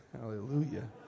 hallelujah